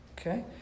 Okay